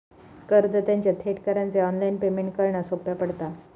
करदात्यांना थेट करांचे ऑनलाइन पेमेंट करना सोप्या पडता